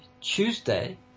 Tuesday